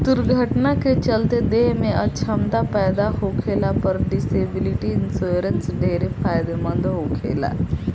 दुर्घटना के चलते देह में अछमता पैदा होखला पर डिसेबिलिटी इंश्योरेंस ढेरे फायदेमंद होखेला